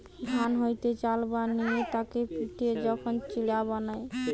ধান হইতে চাল বানিয়ে তাকে পিটে যখন চিড়া বানায়